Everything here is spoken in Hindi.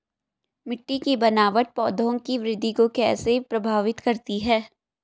मिट्टी की बनावट पौधों की वृद्धि को कैसे प्रभावित करती है?